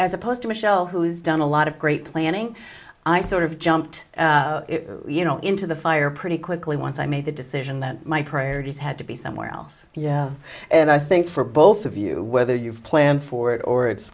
as opposed to michelle who's done a lot of great planning i sort of jumped you know into the fire pretty quickly once i made the decision that my priorities had to be somewhere else yeah and i think for both of you whether you've planned for it or it's